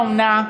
ילדי האומנה,